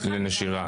לנשירה.